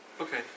Okay